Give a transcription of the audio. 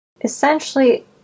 Essentially